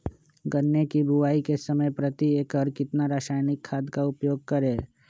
गन्ने की बुवाई के समय प्रति एकड़ कितना रासायनिक खाद का उपयोग करें?